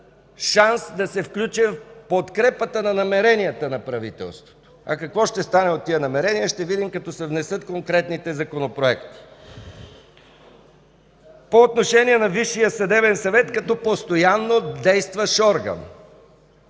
шанс да се включим в подкрепата на намеренията на правителството. А какво ще стане от тези намерения ще видим като се внесат конкретните законопроекти. По отношение на Висшия съдебен съвет като постоянно действащ орган,